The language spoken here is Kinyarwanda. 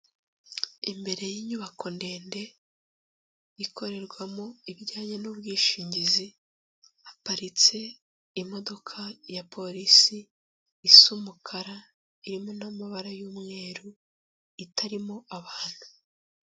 Imbere y'inyubako ndende ikorerwamo ibijyanye n'ubwishingizi haparitse imodoka ya polisi isa umukara irimo n'amabara y'umweru itarimo abantu.